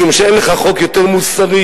משום שאין לך חוק יותר מוסרי,